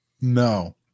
No